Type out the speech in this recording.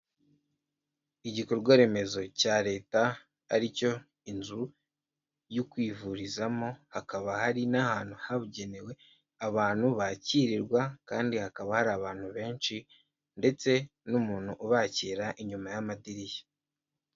Igikorwa remezo cya leta, ari cyo inzu yo kwivurizamo, hakaba hari n'ahantu habugenewe abantu bakirirwa, kandi hakaba hari abantu benshi ndetse n'umuntu ubakira, inyuma y'amadirishya.